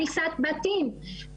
הריסת בתים,